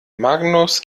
magnus